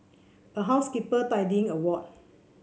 a housekeeper tidying a ward